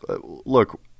look